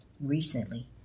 recently